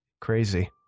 crazy